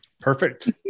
Perfect